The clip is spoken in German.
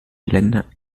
länder